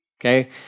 Okay